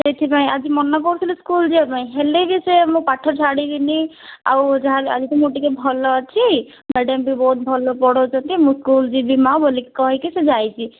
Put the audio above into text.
ସେଇଥିପାଇଁ ଆଜି ମନା କରୁଥିଲି ସ୍କୁଲ ଯିବା ପାଇଁ ହେଲେ ବି ସେ ମୁଁ ପାଠ ଛାଡ଼ିବିନି ଆଉ ଯାହା ମୁଁ ଟିକେ ଭଲ ଅଛି ମ୍ୟାଡ଼ାମ୍ ବି ବହୁତ ଭଲ ପଢ଼ାଉଛନ୍ତି ମୁଁ ସ୍କୁଲ ଯିବି ମାଆ ବୋଲି କି କହିକି ସେ ଯାଇଛି